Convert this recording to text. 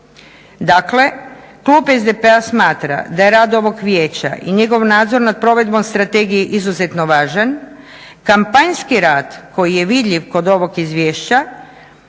Dakle, klub SDP-a smatra da je rad ovog vijeća i njegov nadzor nad provedbom strategije izuzetno važan. Kampanjski rad koji je vidljiv kod ovog izvješća